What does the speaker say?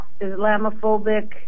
Islamophobic